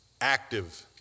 active